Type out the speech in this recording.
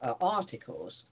articles